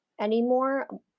anymore